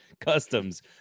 customs